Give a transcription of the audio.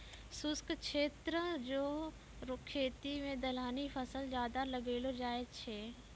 शुष्क क्षेत्र रो खेती मे दलहनी फसल ज्यादा लगैलो जाय छै